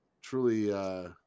truly